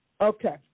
Okay